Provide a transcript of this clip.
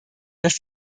dass